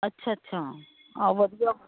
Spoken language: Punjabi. ਅੱਛਿਆ ਅੱਛਿਆ ਹਾਂ ਵਧੀਆ